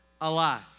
alive